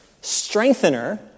strengthener